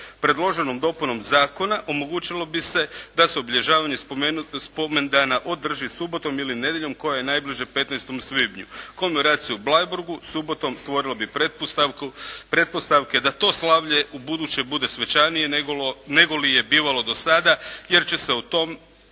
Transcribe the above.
Predloženom dopunom zakona omogućilo bi se da se obilježavanje spomendana održi subotom ili nedjeljom koja je najbliža 15. svibnju. Komemoracija u Bleiburgu subotom stvorila bi pretpostavku da to slavlje ubuduće bude svečanije negoli je bivalo do sada, jer će se u tom